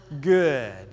good